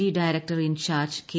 D director in charge K